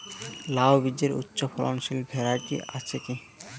লাউ বীজের উচ্চ ফলনশীল ভ্যারাইটি আছে কী?